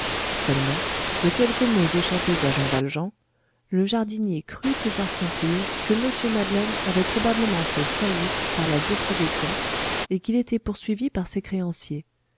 seulement de quelques mots échappés à jean valjean le jardinier crut pouvoir conclure que mr madeleine avait probablement fait faillite par la dureté des temps et qu'il était poursuivi par ses créanciers